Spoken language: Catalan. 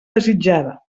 desitjada